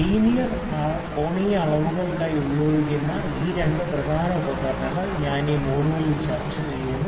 linear കോണീയ അളവുകൾക്കായി ഉപയോഗിക്കുന്ന ഈ രണ്ട് പ്രധാന ഉപകരണങ്ങൾ ഞാൻ ഈ മൊഡ്യൂളിൽ ചർച്ചചെയ്യുന്നു